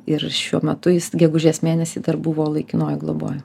ir šiuo metu jis gegužės mėnesį dar buvo laikinoj globoj